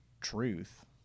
truth